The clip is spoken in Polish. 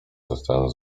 zostałem